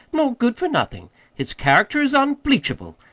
nor good-for-nothin'. his character is unbleachable!